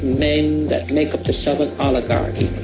men that make up the southern oligarchy.